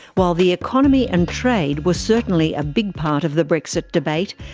while the economy and trade were certainly a big part of the brexit debate,